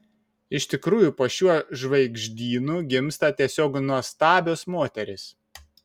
iš tikrųjų po šiuo žvaigždynu gimsta tiesiog nuostabios moterys